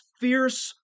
fierce